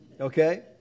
Okay